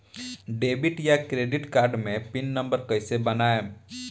Debit या credit card मे pin number कैसे बनाएम?